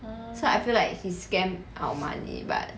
so I feel like he scam our money but